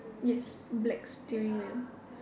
yes black steering wheel